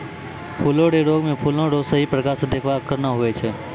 फूलो रो रोग मे फूलो रो सही प्रकार से देखभाल करना हुवै छै